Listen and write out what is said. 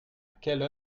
quelle